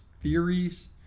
theories